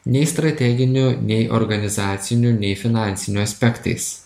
nei strateginių nei organizacinių nei finansinių aspektais